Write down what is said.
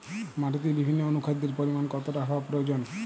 মাটিতে বিভিন্ন অনুখাদ্যের পরিমাণ কতটা হওয়া প্রয়োজন?